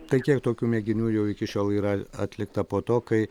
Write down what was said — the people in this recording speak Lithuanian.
tai kiek tokių mėginių jau iki šiol yra atlikta po to kai